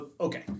okay